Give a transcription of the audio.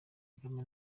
kagame